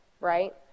right